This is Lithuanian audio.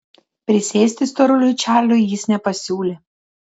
prisėsti storuliui čarliui jis nepasiūlė